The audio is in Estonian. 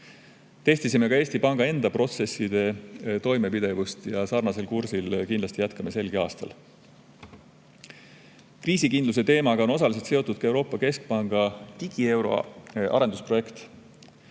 Testisime ka Eesti Panga protsesside toimepidevust ja sarnasel kursil jätkame kindlasti selgi aastal. Kriisikindluse teemaga on osaliselt seotud ka Euroopa Keskpanga digieuro arendusprojekt.